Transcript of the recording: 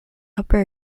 upper